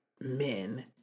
men